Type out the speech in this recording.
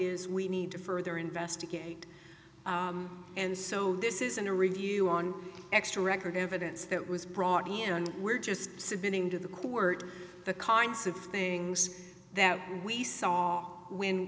is we need to further investigate and so this isn't a review on extra record evidence that was brought in and we're just submitting to the court the kinds of things that we saw when